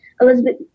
Elizabeth